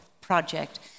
project